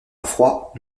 froid